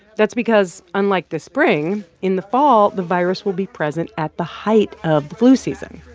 that's because unlike the spring, in the fall, the virus will be present at the height of flu season,